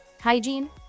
hygiene